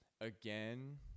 Again